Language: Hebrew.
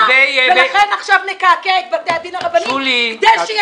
ולכן עכשיו נקעקע את בתי הדין הרבניים כדי שתהיה